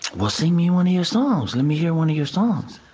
well, sing me one of your songs. let me hear one of your songs!